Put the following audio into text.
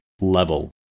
level